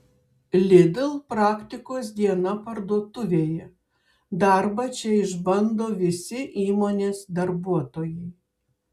lidl praktikos diena parduotuvėje darbą čia išbando visi įmonės darbuotojai